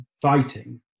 fighting